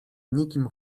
nikim